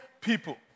people